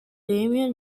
dame